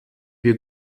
wir